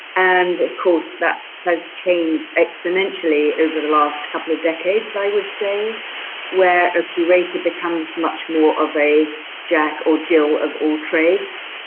and of course, that has changed exponentially over the last couple of decades. i would say where a curator becomes much more of a jack or jill of all trades.